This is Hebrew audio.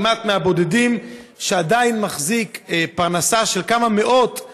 כמעט מהבודדים שעדיין מחזיק פרנסה של כמה מאות מהתושבים,